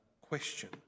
question